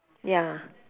ya